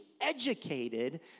educated